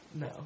No